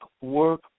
work